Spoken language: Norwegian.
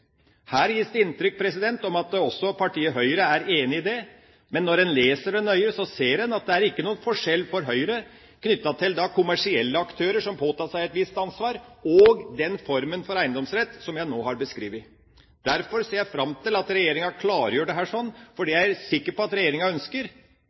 Her gis det inntrykk av at også partiet Høyre er enig i det, men når en leser det nøye, ser en at det er ikke noen forskjell for Høyre knyttet til kommersielle aktører som påtar seg et visst ansvar, og den formen for eiendomsrett som jeg nå har beskrevet. Derfor ser jeg fram til at regjeringa klargjør dette, for det er jeg sikker på at regjeringa ønsker. Det har vi fått forsikringer om, fordi